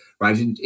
right